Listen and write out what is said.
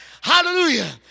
hallelujah